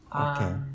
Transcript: Okay